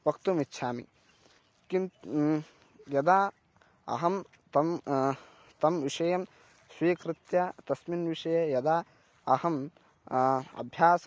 वक्तुमिच्छामि किं यदा अहं तं तं विषयं स्वीकृत्य तस्मिन्विषये यदा अहं अभ्यासम्